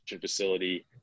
facility